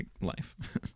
life